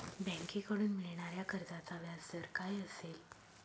बँकेकडून मिळणाऱ्या कर्जाचा व्याजदर काय असेल?